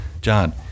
John